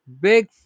big